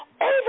Over